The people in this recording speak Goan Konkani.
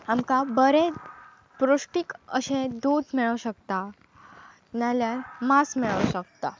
आमकां बरें पश्टीक अशें दूद मेळों शकता नाल्यार मास मेळोंक शकता